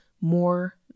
more